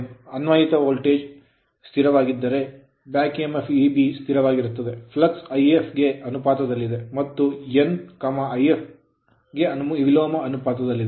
ಅನ್ವಯಿತ voltage ಸ್ಥಿರವಾಗಿದ್ದರೆ ಆಗ Eb ಸ್ಥಿರವಾಗಿದೆ flux ಫ್ಲಕ್ಸ್ If ಗೆ ಅನುಪಾತದಲ್ಲಿದೆ ಮತ್ತು n If ಗೆ ವಿಲೋಮ ಅನುಪಾತದಲ್ಲಿದೆ